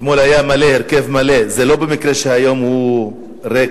שאתמול היה בהרכב מלא, וזה לא מקרה שהיום הוא ריק,